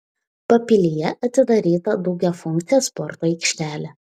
papilyje atidaryta daugiafunkcė sporto aikštelė